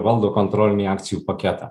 valdo kontrolinį akcijų paketą